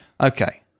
Okay